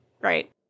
right